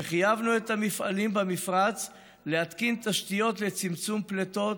שחייבו את המפעלים במפרץ להתקין תשתיות לצמצום פליטות,